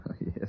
Yes